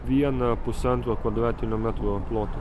vieną pusantro kvadratinio metro ploto